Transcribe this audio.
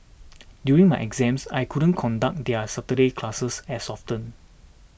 during my exams I couldn't conduct their Saturday classes as often